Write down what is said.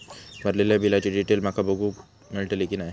भरलेल्या बिलाची डिटेल माका बघूक मेलटली की नाय?